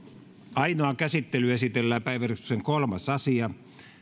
ainoaan käsittelyyn esitellään päiväjärjestyksen kolmas asia